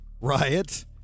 Riot